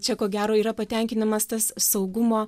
čia ko gero yra patenkinamas tas saugumo